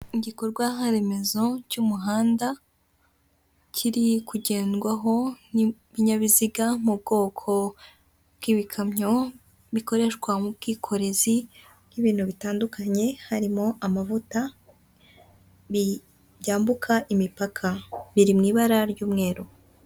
Igikorwa remezo cy'umuhanda, kiri kugendwaho n'ibinyabiziga mu bwoko bw'ibikamyo, bikoreshwa mu bwikorezi bw'ibintu bitandukanye harimo amavuta byambuka imipaka, biri mu ibara ry'umweru.